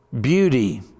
beauty